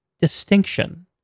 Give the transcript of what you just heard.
distinction